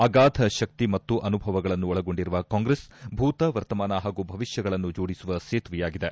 ಅಗಾಧ ಶಕ್ತಿ ಮತ್ತು ಅನುಭವಗಳನ್ನು ಒಳಗೊಂಡಿರುವ ಕಾಂಗ್ರೆಸ್ ಭೂತ ವರ್ತಮಾನ ಹಾಗೂ ಭವಿಷ್ಠಗಳನ್ನು ಜೋಡಿಸುವ ಸೇತುವೆಯಾಗಿದೆ